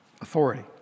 authority